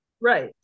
Right